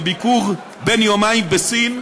מביקור בן יומיים בסין,